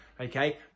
Okay